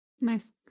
Nice